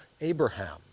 Abraham